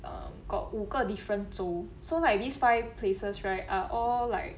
um got 五个 different 族 so like these five places right are all like